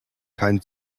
keinen